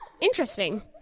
interesting